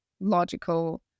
logical